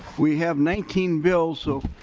we have nineteen bills so